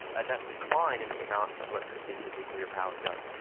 and that decline in the amount of electricity that nuclear power does.